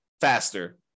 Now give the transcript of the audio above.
faster